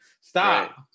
stop